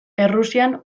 errusian